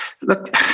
Look